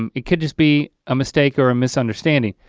um it could just be a mistake or a misunderstanding.